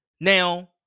Now